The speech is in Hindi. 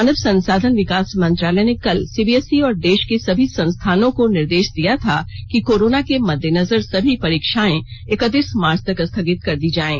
मानव संसाधन विकास मंत्रालय ने कल सीबीएसई और देष के सभी संस्थानों को निर्देष दिया था कि कोरोना के मददेनजर सभी परीक्षाएं इक्कतीस मार्च तक स्थगित कर दी जाएं